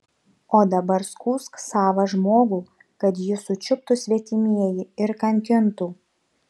o dabar skųsk savą žmogų kad jį sučiuptų svetimieji ir kankintų